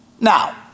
Now